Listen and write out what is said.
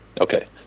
Okay